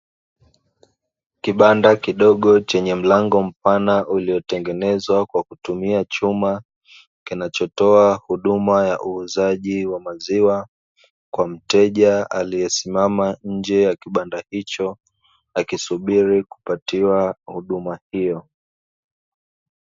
Kibanda kidogo chenye mlango mpana uliotengenezwa kwa kutumia chuma kinachotoa huduma ya uuzaji wa maziwa, kwa mteja aliyesimama nje ya kibanda hicho akisubiri kupatiwa huduma hiyo.